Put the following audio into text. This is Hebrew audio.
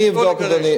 לא לגרש.